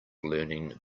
learning